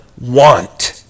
want